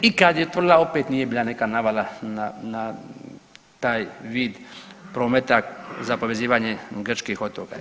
I kad je otvorila opet nije bila neka navala na taj vid prometa za povezivanje grčkih otoka.